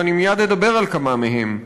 ואני מייד אדבר על כמה מהם,